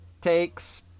Takes